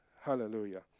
Hallelujah